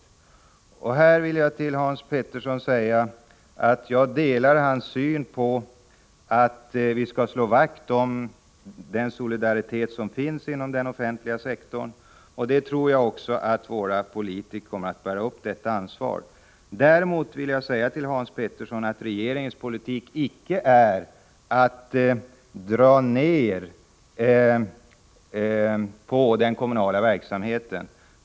Här vill jag säga att jag delar Hans Peterssons i Hallstahammar uppfattning att vi skall slå vakt om den solidaritet som finns inom den offentliga sektorn. Jag tror att våra politiker kommer att leva upp till detta ansvar. Regeringens politik är icke, Hans Petersson, att dra ner på den kommunala verksamheten.